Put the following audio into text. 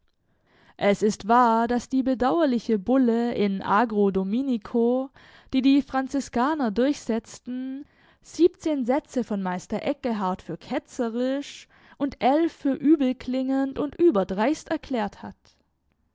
es ist wahr daß die bedauerliche bulle in agro dominico die die franziskaner durchsetzten siebzehn sätze von meister eckehart für ketzerisch und elf für übelklingend und überdreist erklärt hat